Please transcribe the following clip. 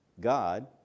God